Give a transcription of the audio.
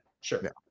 sure